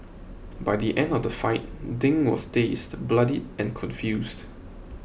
by the end of the fight Ding was dazed bloodied and confused